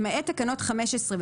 למעט תקנות 15,